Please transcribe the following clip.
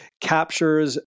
captures